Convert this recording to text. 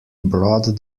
brought